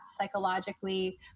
psychologically